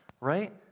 right